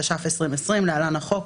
התש״ף-2020 (להלן החוק),